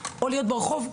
או להיות ברחוב,